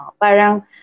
Parang